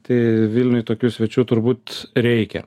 tai vilniuj tokių svečių turbūt reikia